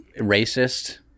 racist